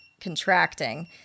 contracting